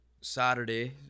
Saturday